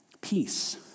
Peace